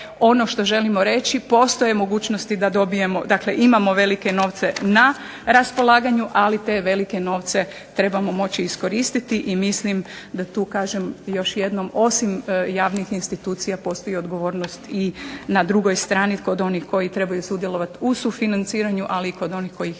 ono što želim reći. Postoje mogućnosti da dobijemo dakle imamo velike novce na raspolaganju ali te velike novce trebamo moći iskoristiti i mislim da tu kažem još jednom osim javnih institucija postoji odgovornost i na drugoj strani kod onih koji trebaju sudjelovati u sufinanciranju ali i kod onih koji ih trebaju